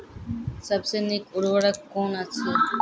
सबसे नीक उर्वरक कून अछि?